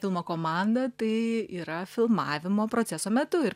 filmo komanda tai yra filmavimo proceso metu ir